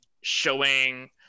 showing